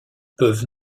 peuvent